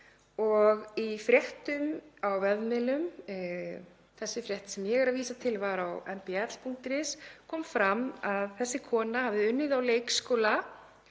og í fréttum á vefmiðlum — þessi frétt sem ég vísa til var á mbl.is — kom fram að þessi kona hefði unnið á leikskóla